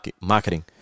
marketing